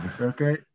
Okay